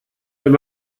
wenn